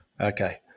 Okay